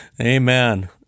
Amen